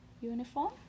uniform